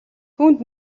түүнд